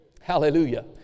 Hallelujah